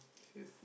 yes